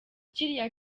kiriya